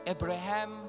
Abraham